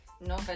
no